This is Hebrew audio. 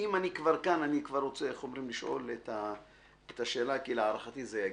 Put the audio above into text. אני כבר רוצה לשאול את השאלה, כי להערכתי זה יגיע,